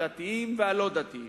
הדתיים והלא-דתיים,